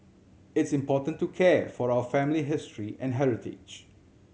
it's important to care for our family history and heritage